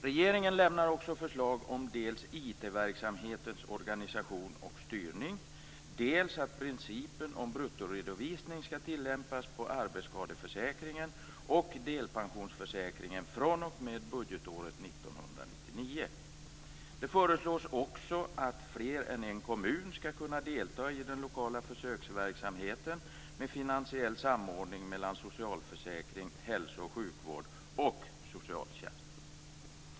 Regeringen lämnar också förslag om dels IT verksamhetens organisation och styrning, dels att principen om bruttoredovisning skall tillämpas på arbetsskadeförsäkringen och delpensionsförsäkringen fr.o.m. budgetåret 1999. Det föreslås också att fler än en kommun skall kunna delta i den lokala försöksverksamheten med finansiell samordning mellan socialförsäkring, hälso och sjukvård och socialtjänst.